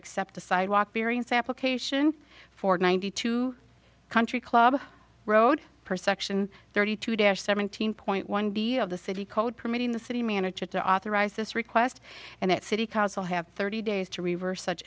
accept a sidewalk variance application for ninety two country club road per section thirty two dash seventeen point one b of the city code permitting the city manager to authorize this request and that city council have thirty days to reverse such